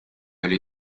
oli